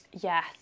Yes